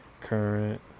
current